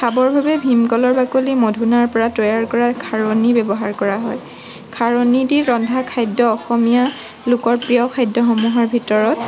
খাবৰ বাবে ভীমকলৰ বাকলি মধুনাৰ পৰা তৈয়াৰ কৰা খাৰণী ব্যৱহাৰ কৰা হয় খাৰণী দি ৰন্ধা খাদ্য অসমীয়া লোকৰ প্ৰিয় খাদ্যসমূহৰ ভিতৰত